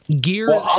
Gear